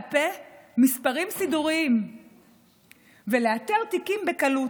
פה מספרים סידוריים ולאתר תיקים בקלות.